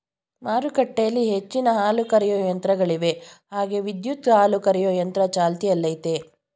ಮಾರುಕಟ್ಟೆಲಿ ಹೆಚ್ಚಿನ ಹಾಲುಕರೆಯೋ ಯಂತ್ರಗಳಿವೆ ಹಾಗೆ ವಿದ್ಯುತ್ ಹಾಲುಕರೆಯೊ ಯಂತ್ರ ಚಾಲ್ತಿಯಲ್ಲಯ್ತೆ